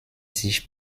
sich